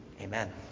Amen